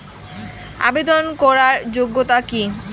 আবেদন করার যোগ্যতা কি?